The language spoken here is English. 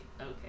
okay